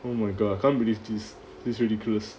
oh my god I can't believe this it's ridiculous